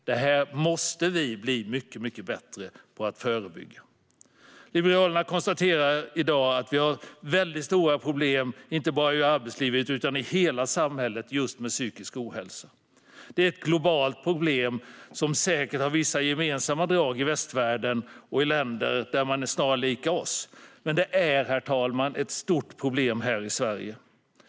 Det här måste vi bli mycket bättre på att förebygga. Liberalerna konstaterar i dag att vi har väldigt stora problem inte bara i arbetslivet utan i hela samhället just med psykisk ohälsa. Det är ett globalt problem som säkert har vissa gemensamma drag i västvärlden och i länder där man är snarlik oss. Men det är, herr talman, ett stort problem här i Sverige.